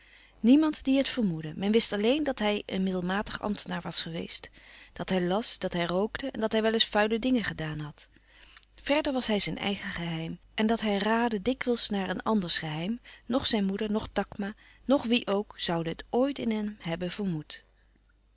niemand die het vermoedde men wist alleen dat hij een middelmatig ambtenaar was geweest dat hij las dat hij rookte en dat hij wel eens vuile dingen gedaan had verder was hij zijn eigen geheim en dat hij raadde dikwijls naar eens anders geheim noch zijn moeder noch takma noch wie ook zouden het ooit in hem hebben vermoed